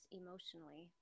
emotionally